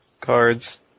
cards